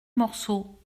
morceau